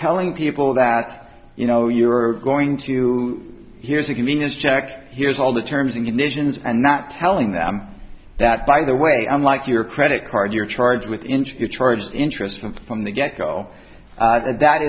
telling people that you know you are going to hear is a given is checked here's all the terms and conditions and not telling them that by the way unlike your credit card you're charged with interview charged interest from from the get go that